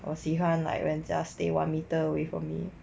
我喜欢 like 人家 stay one meter away from me